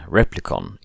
Replicon